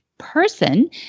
Person